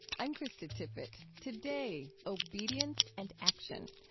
i'm krista tippett. today, obedience and action,